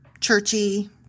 churchy